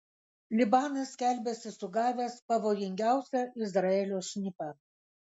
libanas skelbiasi sugavęs pavojingiausią izraelio šnipą